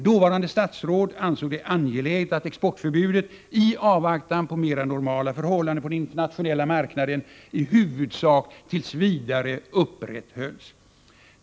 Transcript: Dåvarande statsråd ansåg det angeläget att exportförbudet, i avvaktan på mer normala förhållanden på den internationella marknaden, i huvudsak tills vidare upprätthölls.